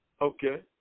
Okay